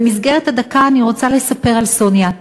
ובמסגרת הדקה אני רוצה לספר על סוניה.